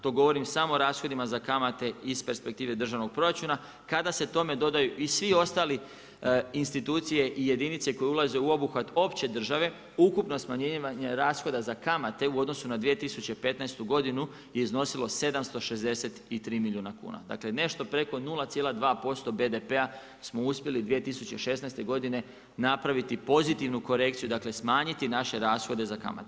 To govorim samo o rashodima za kamate iz perspektive držanog proračuna, kada se tome dodaju i svi ostali institucije i jedinice koje ulaze u obuhvat opće države, ukupno smanjivanje rashoda za kamate u odnosu na 2015. godinu je iznosilo 763 milijuna kuna, dakle nešto preko 0,2% BDP-a smo uspjeli 2016. godine napraviti pozitivnu korekciju dakle smanjiti naše rashode za kamate.